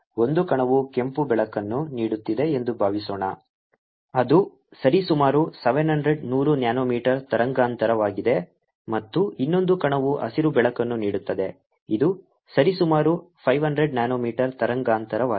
ಒಂದು ಕಣವು ಕೆಂಪು ಬೆಳಕನ್ನು ನೀಡುತ್ತಿದೆ ಎಂದು ಭಾವಿಸೋಣ ಅದು ಸರಿಸುಮಾರು 700 ನೂರು ನ್ಯಾನೊಮೀಟರ್ ತರಂಗಾಂತರವಾಗಿದೆ ಮತ್ತು ಇನ್ನೊಂದು ಕಣವು ಹಸಿರು ಬೆಳಕನ್ನು ನೀಡುತ್ತದೆ ಇದು ಸರಿಸುಮಾರು 500 ನ್ಯಾನೊಮೀಟರ್ ತರಂಗಾಂತರವಾಗಿದೆ